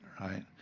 right